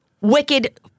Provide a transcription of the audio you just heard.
wicked